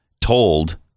told